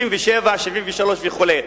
67', 73' וכו'.